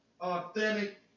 Authentic